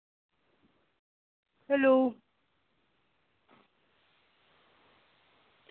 hello